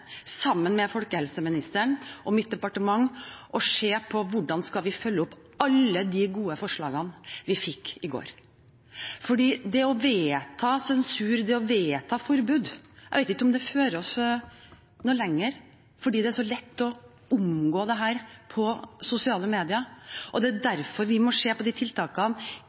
sammen med folkehelseministeren og se på hvordan vi skal følge opp alle de gode forslagene vi fikk i går. Det å vedta sensur, å vedta forbud – jeg vet ikke om det tilfører oss noe lenger, for det er så lett å omgå dette på sosiale medier. Det er derfor vi må se på tiltakene sammen med bransjen, sammen med nettverkene, sammen med bloggerne, sammen med annonsører. De